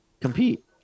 compete